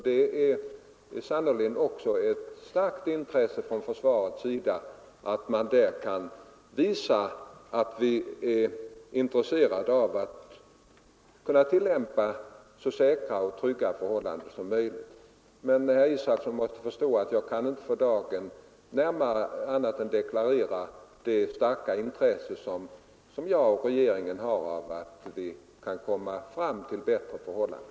Det är sannerligen också för försvaret ett starkt intresse att visa att vi inom detta är intresserade av att ha så säkra och trygga förhållanden som möjligt. Men herr Israelsson måste förstå att jag inte för dagen kan annat än deklarera det starka intresse som jag och regeringen har av att vi kan komma fram till bättre förhållanden.